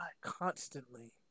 constantly